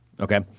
Okay